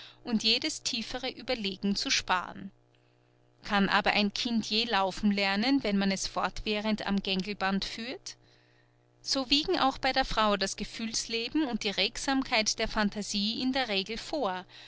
und jedes tiefere ueberlegen zu sparen kann aber ein kind je laufen lernen wenn man es fortwährend am gängelband führt so wiegen auch bei der frau das gefühlsleben und die regsamkeit der phantasie in der regel vor